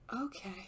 Okay